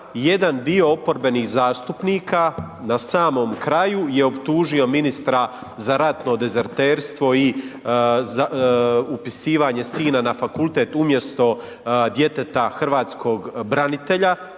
jedan dio oporbenih zastupnika na samom kraju je optužio ministra za ratno dezerterstvo i upisivanje sina na fakultet umjesto djeteta hrvatskog branitelja.